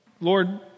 Lord